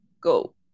go